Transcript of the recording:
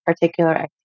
particular